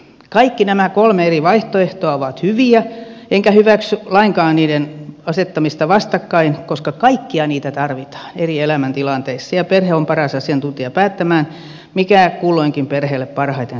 kaikki nämä kolme eri vaihtoehtoa ovat hyviä enkä hyväksy lainkaan niiden asettamista vastakkain koska kaikkia niitä tarvitaan eri elämän tilanteissa ja perhe on paras asiantuntija päättämään mikä kulloinkin perheelle parhaiten sopii